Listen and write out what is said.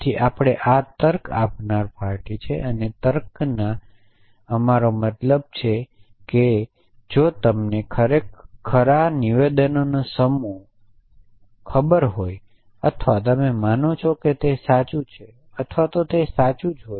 તેથી આ તર્ક આપનારી પાર્ટી છે અને આ તર્કના તર્કથી અમારો મતલબ એ છે કે જો તમને ખરો નિવેદનોનો અમુક સમૂહ ખબર હોય અથવા તમે માનો છો કે સાચું છે અથવા તે સાચું છે